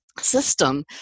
system